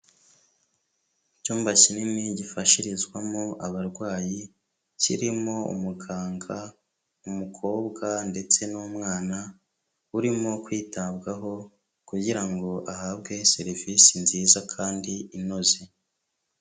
Icyumba kinini gifashirizwamo abarwayi kirimo umuganga, umukobwa ndetse n'umwana urimo kwitabwaho kugira ngo ahabwe serivisi nziza kandi inoze.